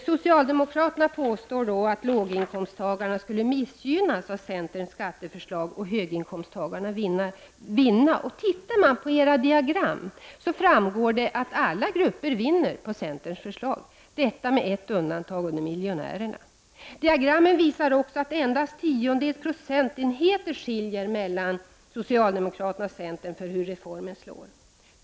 Socialdemokraterna påstår att låginkomsttagarna skulle missgynnas av centerns skatteförslag och höginkomsttagarna vinna. Om man tittar på era diagram framgår dock att alla grupper vinner på centerns förslag. Detta gäller med ett undantag — miljonärerna. Diagrammen visar också att endast tiondels procentenheter skiljer mellan socialdemokraterna och centern när det gäller hur reformen slår.